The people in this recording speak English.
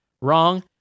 Wrong